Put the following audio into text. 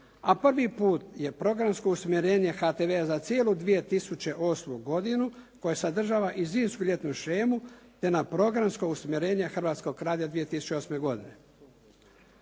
a prvi put je programsko usmjerenje HTV-a za cijelu 2008. godinu koja sadržava i zimsku i ljetnu shemu te na programska usmjerenja Hrvatskog radia 2008. godine.